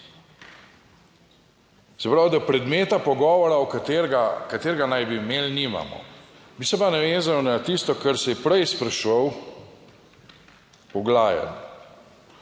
Se pravi, da predmeta pogovora, v katerega, katerega naj bi imeli, nimamo. Bi se pa navezal na tisto, kar se je prej spraševal Poglajen,